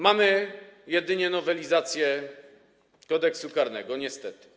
Mamy jedynie nowelizację Kodeksu karnego, niestety.